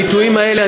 הביטויים האלה,